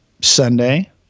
Sunday